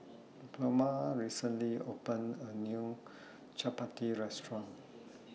Pluma recently opened A New Chapati Restaurant